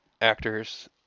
actors